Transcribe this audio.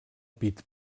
pit